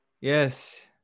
yes